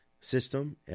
system